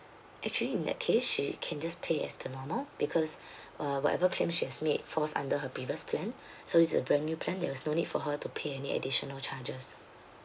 actually in that case she can just pay as per normal because uh whatever claim she has made falls under her previous plan so it's a brand new plan there was no need for her to pay any additional charges